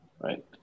right